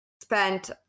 spent